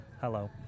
hello